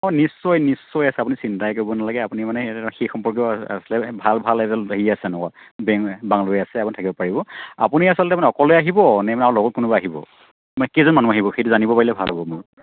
অ' নিশ্চয় নিশ্চয় আছে আপুনি চিন্তাই কৰিব নালাগে আপুনি মানে সেই সম্পৰ্কীয় ভাল ভাল হেৰি আছে বেং বাংলোৱে আছে আপুনি থাকিব পাৰিব আপুনি আচলতে মানে অকলে আহিব নে মানে আৰু লগত কোনোবা আহিব মানে কেইজন মানুহ আহিব সেইটো জানিব পাৰিলে ভাল হ'ব মোৰ